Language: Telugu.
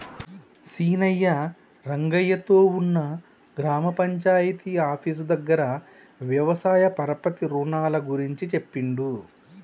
సీనయ్య రంగయ్య తో ఉన్న గ్రామ పంచాయితీ ఆఫీసు దగ్గర వ్యవసాయ పరపతి రుణాల గురించి చెప్పిండు